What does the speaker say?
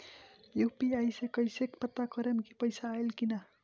UPI से कईसे पता करेम की पैसा आइल की ना?